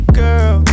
girl